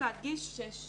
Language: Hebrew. מקומיות